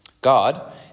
God